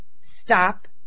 stop